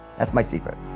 that's my secret